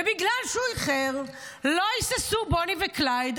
ובגלל שהוא איחר לא היססו בוני וקלייד,